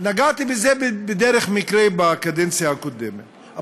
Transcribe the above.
נגעתי בזה בדרך מקרה בקדנציה הקודמת,